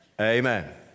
Amen